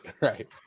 Right